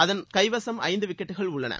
அதன் கைவசம் ஐந்து விக்கெட்டுகள் உள்ளன